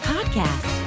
Podcast